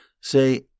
say